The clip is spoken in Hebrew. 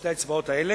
שתי האצבעות האלה,